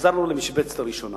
וחזרנו למשבצת הראשונה